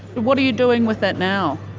what are you doing with that now?